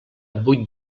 vuit